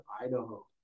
Idaho